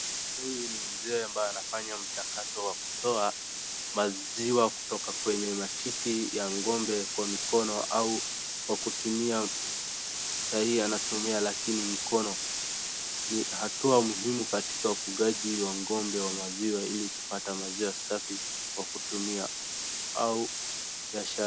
Huyu ni mzee ambaye anafanya mchakato wa kutoa maziwa kutoka kwenye matiti ya ngombe kwa mikono au kwa kutumia saa hii anatumia lakini mkono. Ni hatua muhimu katika ufugaji wa ngombe wa maziwa ili kupata maziwa safi ya kutumia au ya chai.